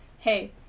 hey